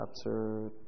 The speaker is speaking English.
chapter